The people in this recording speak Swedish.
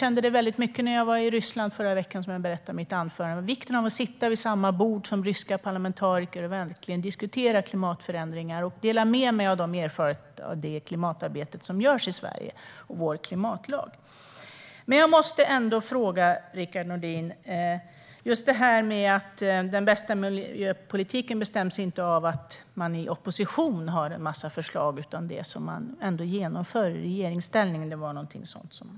När jag var i Ryssland förra veckan, som jag berättade om i mitt anförande, kände jag vikten av att sitta vid samma bord som ryska parlamentariker och diskutera klimatförändringar och vår klimatlag och av att dela med mig av erfarenheter av det klimatarbete som görs i Sverige. Jag måste dock fråga Rickard Nordin om det här med att den bästa miljöpolitiken inte bestäms av att man har en massa förslag när man är i opposition utan att det är det man genomför när man är i regeringsställning som är viktigast.